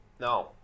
No